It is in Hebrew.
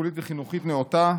טיפולית וחינוכית נאותה,